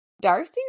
Darcy